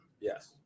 yes